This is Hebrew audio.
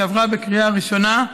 שעברה בקריאה ראשונה,